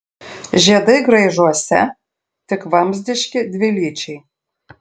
žiedai graižuose tik vamzdiški dvilyčiai